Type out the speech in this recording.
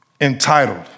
entitled